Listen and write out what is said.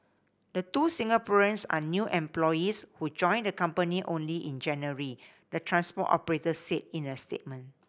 the two Singaporeans are new employees who joined the company only in January the transport operator said in a statement